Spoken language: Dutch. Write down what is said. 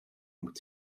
moet